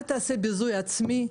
אל תעשה ביזוי עצמי,